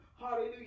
hallelujah